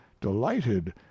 delighted